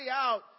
out